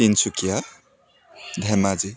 Tinsukia Dhemaji